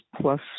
plus